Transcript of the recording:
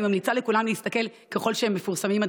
אני ממליצה לכולם להסתכל, ככל שהדברים מפורסמים.